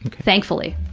thankfully.